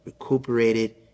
recuperated